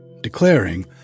declaring